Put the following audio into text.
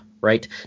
right